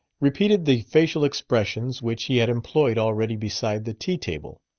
repeated the facial expressions which he had employed already beside the tea-table.